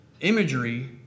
imagery